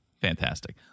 Fantastic